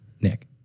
Nick